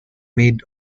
made